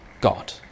God